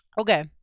Okay